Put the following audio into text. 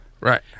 right